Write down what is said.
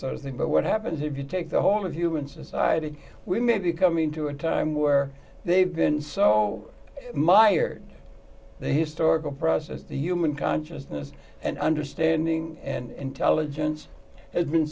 sort of thing but what happens if you take the whole of human society we may be coming to a time where they've been so mired in the historical process the human consciousness and understanding and intelligence has been